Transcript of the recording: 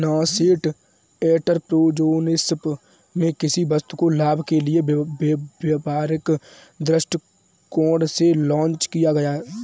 nascent entrepreneurship में किसी वस्तु को लाभ के लिए व्यापारिक दृष्टिकोण से लॉन्च किया जाता है